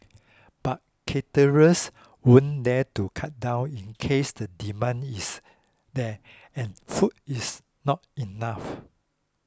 but caterers wouldn't dare to cut down in case the demand is there and food is not enough